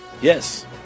Yes